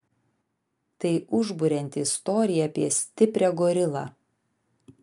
tai užburianti istorija apie stiprią gorilą